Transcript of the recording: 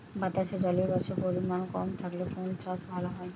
বাতাসে জলীয়বাষ্পের পরিমাণ কম থাকলে কোন চাষ ভালো হয়?